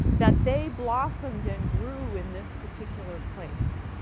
that they blossomed and grew in this particular place,